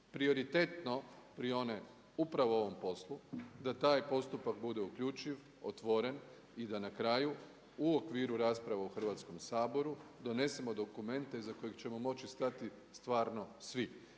prioritetno prione upravo ovom poslu, da taj postupak bude uključiv, otvoren i da na kraju u okviru rasprave u Hrvatskom saboru donesemo dokumente iza kojeg ćemo stati stvarno svi.